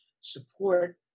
support